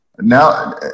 Now